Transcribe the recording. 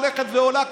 הולכת ועולה,